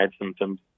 symptoms